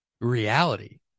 reality